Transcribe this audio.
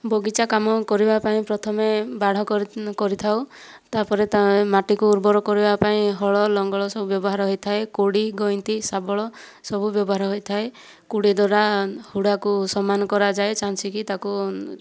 ବଗିଚା କାମ କରିବା ପାଇଁ ପ୍ରଥମେ ବାଡ଼ କରିଥାଉ ତା'ପରେ ତା' ମାଟିକୁ ଉର୍ବର କରିବା ପାଇଁ ହଳ ଲଙ୍ଗଳ ସବୁ ବ୍ୟବହାର ହୋଇଥାଏ କୋଡ଼ି ଗଇନ୍ତି ଶାବଳ ସବୁ ବ୍ୟବହାର ହୋଇଥାଏ କୋଡ଼ି ଦ୍ଵାରା ହୁଡ଼ାକୁ ସମାନ କରାଯାଏ ଚାଞ୍ଛିକି ତା'କୁ